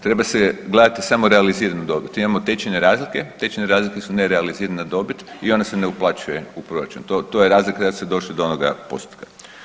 Treba se gledat samo realiziranu dobit, imamo tečajne razlike, tečajne razlike su nerealizirana dobit i ona se ne uplaćuje u proračun to je razlike jer ste došli do onoga postotka.